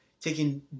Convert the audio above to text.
taking